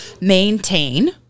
maintain